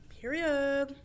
Period